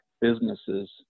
businesses